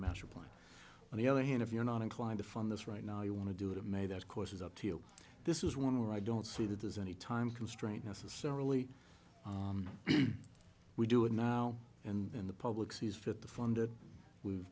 master plan on the other hand if you're not inclined to fund this right now you want to do it of may that course is up to you this is one where i don't see that there's any time constraint necessarily we do it now and then the public sees fit the funded